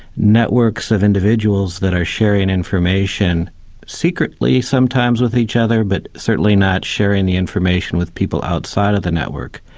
networks of individuals that are sharing information secretly sometimes with each other, but certainly not sharing the information with people outside of the network.